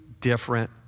different